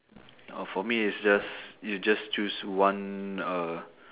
oh for me is just you just choose one uh